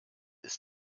ist